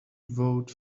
vote